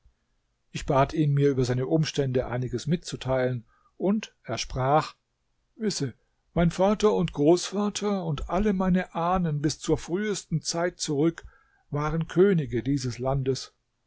ich bat ihn mir über seine umstände einiges mitzuteilen und er sprach wisse mein vater und großvater und alle meine ahnen bis zur frühesten zeit zurück waren könige dieses landes